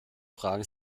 fragen